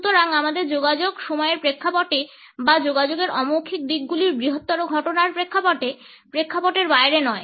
সুতরাং আমাদের যোগাযোগ সময়ের প্রেক্ষাপটে বা যোগাযোগের অমৌখিক দিকগুলির বৃহত্তর ঘটনার প্রেক্ষাপটে প্রেক্ষাপটের বাইরে নয়